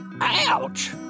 Ouch